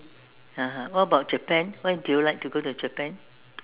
(uh huh) what about Japan why do you like to go to Japan